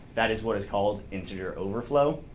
that is what is called integer overflow.